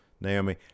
Naomi